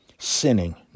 Sinning